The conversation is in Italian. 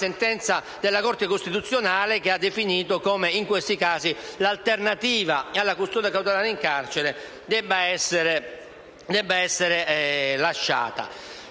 sentenza della Corte costituzionale, che ha definito che in questi casi l'alternativa alla custodia cautelare in carcere debba essere mantenuta.